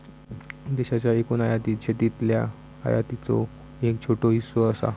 देशाच्या एकूण आयातीत शेतीतल्या आयातीचो एक छोटो हिस्सो असा